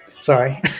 Sorry